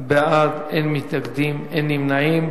12 בעד, אין מתנגדים, אין נמנעים.